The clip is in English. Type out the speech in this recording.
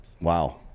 Wow